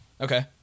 Okay